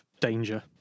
danger